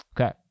Okay